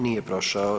Nije prošao.